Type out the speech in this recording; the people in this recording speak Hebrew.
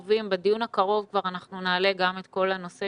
הקרוב כבר אנחנו נעלה את כל נושא